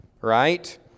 right